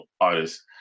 artists